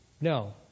No